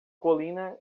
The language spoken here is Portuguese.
colina